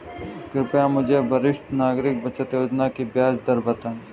कृपया मुझे वरिष्ठ नागरिक बचत योजना की ब्याज दर बताएं